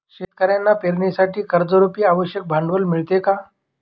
शेतकऱ्यांना पेरणीसाठी कर्जरुपी आवश्यक भांडवल मिळते का?